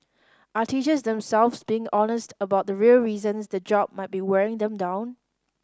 are teachers themselves being honest about the real reasons the job might be wearing them down